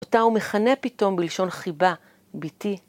אותה הוא מכנה פתאום בלשון חיבה, ביתי.